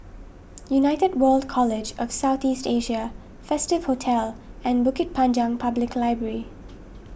United World College of South East Asia Festive Hotel and Bukit Panjang Public Library